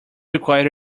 required